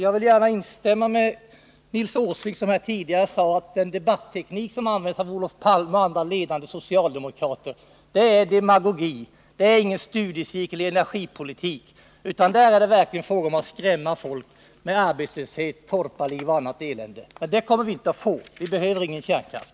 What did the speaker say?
Jag vill gärna hålla med Nils Åsling, som tidigare sade att den debatteknik som används av Olof Palme och andra ledande socialdemokrater är demagogi. Det är ingen studiecirkel i energipolitik, utan det är verkligen fråga om att skrämma folk med arbetslöshet, torparliv och annat elände. Men det kommer vi inte att drabbas av. Vi behöver ingen kärnkraft.